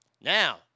Now